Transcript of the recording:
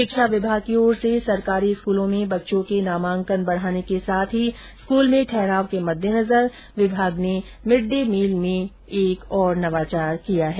शिक्षा विभाग की ओर से सरकारी स्कूलों में बच्चों के नामांकन को बढ़ाने के साथ ही स्कूल में ठहराव के मद्देनजर विभाग ने मिड डे मील में एक और नवाचार किया है